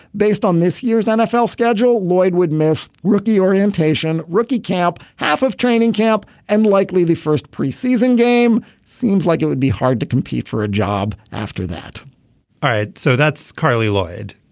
based on this year's nfl schedule lloyd would miss rookie orientation rookie camp half of training camp and likely the first pre-season game seems like it would be hard to compete for a job after that all right so that's carli lloyd.